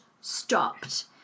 stopped